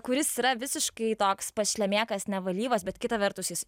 kuris yra visiškai toks pašlemėkas nevalyvas bet kita vertus jis